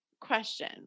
question